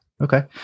Okay